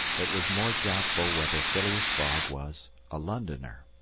it was more doubtful whether phileas fogg was a londoner.